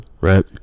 right